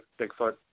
Bigfoot